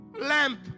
lamp